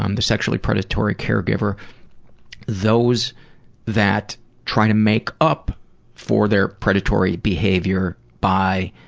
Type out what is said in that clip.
um the sexually predatory caregiver those that try and make up for their predatory behavior by